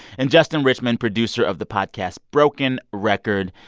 and justin richmond, producer of the podcast broken record.